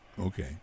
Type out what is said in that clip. Okay